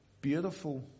Beautiful